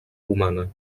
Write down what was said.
humana